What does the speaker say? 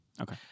Okay